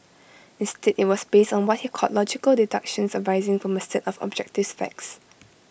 instead IT was based on what he called logical deductions arising from A set of objective facts